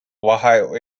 ohio